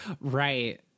Right